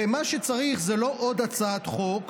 ומה שצריך זה לא עוד הצעת חוק,